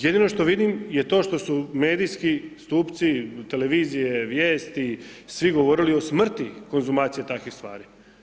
Jedino što je vidim je to što su medijski stupci, televizije, vijesti, svi govorili o smrti konzumacije takvih stvari.